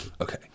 Okay